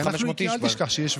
הגיש ארגון "עמק שווה"